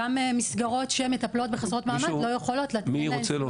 גם מסגרות שמטפלות בחסרות מעמד לא יכולות לתת להן